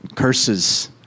curses